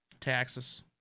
Taxes